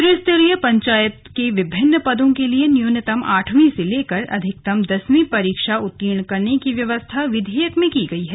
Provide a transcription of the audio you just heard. त्रिस्तरीय पंचायत के विभिन्न पदों के लिए न्यूनतम आठवीं से लेकर अधिकतम दसवीं परीक्षा उत्तीर्ण करने की व्यवस्था विधेयक में की गई है